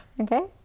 Okay